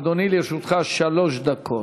אדוני, לרשותך שלוש דקות.